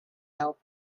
help